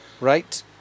right